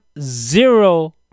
zero